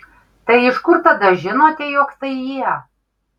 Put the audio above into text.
tai iš kur tada žinote jog tai jie